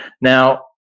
Now